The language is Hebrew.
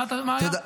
מה היה?